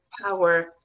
power